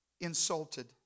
insulted